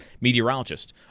meteorologist